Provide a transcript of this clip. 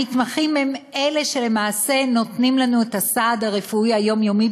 המתמחים הם אלה שלמעשה נותנים לנו את הסעד הרפואי היומיומי,